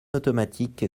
automatique